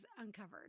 uncovered